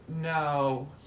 no